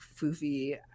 foofy